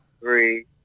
three